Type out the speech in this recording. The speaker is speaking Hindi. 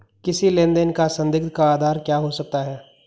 किसी लेन देन का संदिग्ध का आधार क्या हो सकता है?